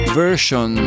version